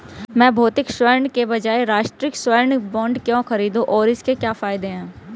मैं भौतिक स्वर्ण के बजाय राष्ट्रिक स्वर्ण बॉन्ड क्यों खरीदूं और इसके क्या फायदे हैं?